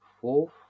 fourth